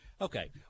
Okay